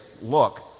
look